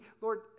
Lord